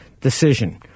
decision